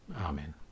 Amen